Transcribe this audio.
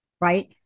Right